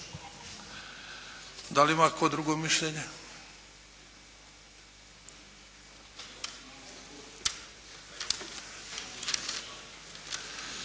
Da li ima tko drugo mišljenje?